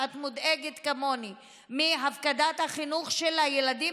ואת מודאגת כמוני מהפקדת החינוך של הילדים